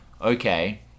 okay